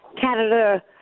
Canada